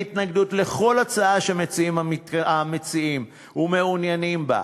אין לי התנגדות לכל הצעה שמציעים המציעים ומעוניינים בה,